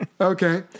Okay